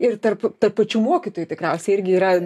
ir tarp pačių mokytojų tikriausiai irgi yra